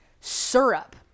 syrup